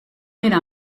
mirar